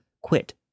quit